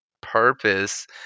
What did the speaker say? purpose